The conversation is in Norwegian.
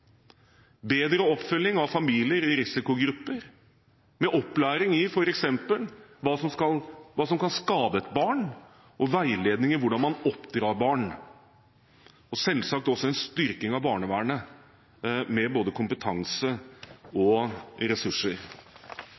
bedre oppfølging av familier i risikogrupper, med opplæring i f.eks. hva som kan skade et barn, og veiledning i hvordan man oppdrar barn, og selvsagt også en styrking av barnevernet med både kompetanse og ressurser.